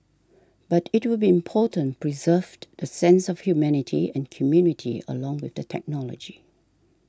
but it will be important preserve the sense of humanity and community along with the technology